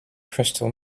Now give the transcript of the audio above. crystal